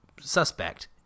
suspect